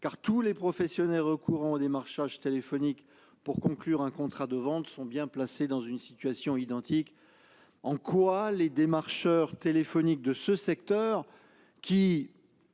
car tous les professionnels recourant au démarchage téléphonique pour conclure un contrat de vente sont placés dans une situation identique. En quoi les démarcheurs téléphoniques de ce secteur qui,